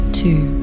two